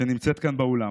שנמצאת כאן באולם.